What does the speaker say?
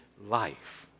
life